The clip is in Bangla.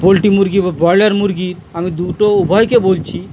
পোলট্রি মুরগি বা ব্রয়লার মুরগির আমি দুটো উভয়কে বলছি